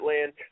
land